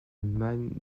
allemagne